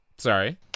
Sorry